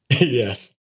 Yes